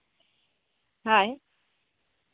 ᱦᱳᱭ